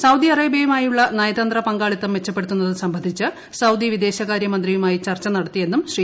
Saudi അറേബ്യയുമായുള്ള നയതന്ത്ര പങ്കാളിത്തം മെച്ചപ്പെടുത്തുന്നത് സംബന്ധിച്ച് സൌദി വിദേശകാര്യമന്ത്രിയുമായി ചർച്ച നടത്തിയെന്നും ശ്രീ